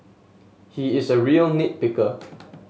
he is a real nit picker